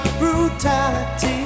brutality